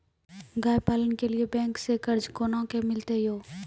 गाय पालन के लिए बैंक से कर्ज कोना के मिलते यो?